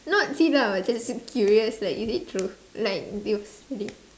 not see lah just curious like is it true like